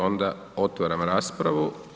Onda otvaram raspravu.